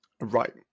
Right